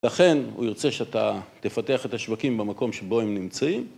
ולכן הוא ירצה שאתה תפתח את השווקים במקום שבו הם נמצאים.